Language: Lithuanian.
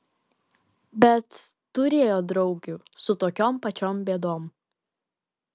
bet turėjo draugių su tokiom pačiom bėdom